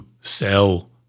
sell